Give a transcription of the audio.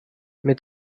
mit